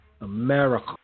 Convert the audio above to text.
America